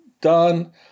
done